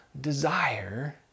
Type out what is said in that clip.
desire